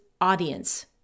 audience